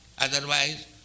Otherwise